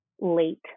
late